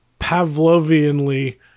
Pavlovianly